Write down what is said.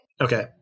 Okay